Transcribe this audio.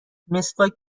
مسواک